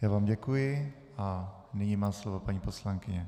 Já vám děkuji a nyní má slovo paní poslankyně.